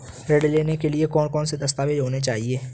ऋण लेने के लिए कौन कौन से दस्तावेज होने चाहिए?